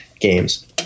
games